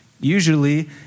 Usually